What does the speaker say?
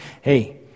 hey